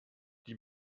die